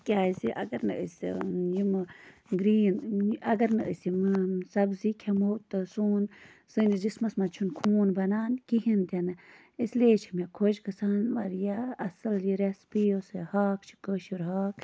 کیٛازِ اَگَر نہٕ أسہِ یِمہٕ گرٛیٖن اگر نہٕ أسۍ یِم سبزی کھٮ۪مو تہٕ سون سٲنِس جِسمَس منٛز چھُنہٕ خوٗن بَنان کِہیٖنۍ تہِ نہٕ اِسلیے چھِ مےٚ خۄش گَژھان واریاہ اَصٕل یہِ ریسپی یۄس یہِ ہاکھ چھِ کٲشُر ہاکھ